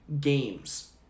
games